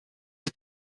the